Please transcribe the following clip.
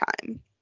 time